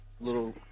little